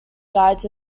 guides